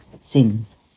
sins